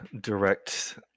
direct